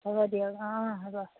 হ'ব দিয়ক অঁ অঁ হ'ব